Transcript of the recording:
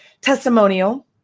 testimonial